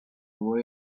for